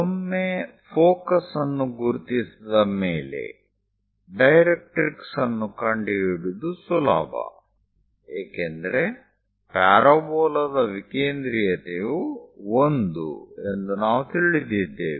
ಒಮ್ಮೆ ಫೋಕಸ್ ಅನ್ನು ಗುರುತಿಸಿದ ಮೇಲೆ ಡೈರೆಟ್ರಿಕ್ಸ್ ಅನ್ನು ಕಂಡುಹಿಡಿಯುವುದು ಸುಲಭ ಏಕೆಂದರೆ ಪ್ಯಾರಾಬೋಲಾದ ವಿಕೇಂದ್ರೀಯತೆಯು ಒಂದು ಎಂದು ನಾವು ತಿಳಿದಿದ್ದೇವೆ